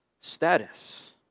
status